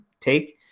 take